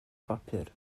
bapur